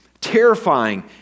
terrifying